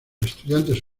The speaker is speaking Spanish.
estudiantes